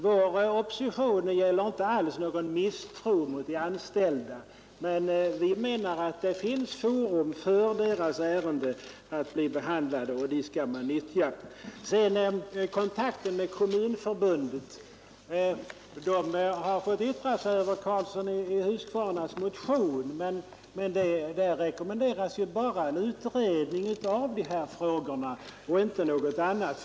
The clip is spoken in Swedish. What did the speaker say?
Vår opposition är inte alls uttryck för någon misstro mot de anställda, men vi menar att det finns ett forum där deras ärenden kan bli behandlade, och det skall man utnyttja. Kommunförbundet har fått yttra sig om herr Karlssons i Huskvarna motion, men i det yttrande som avgivits rekommenderas bara en utredning av dessa frågor och ingenting annat.